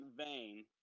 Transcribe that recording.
vein